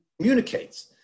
communicates